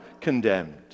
condemned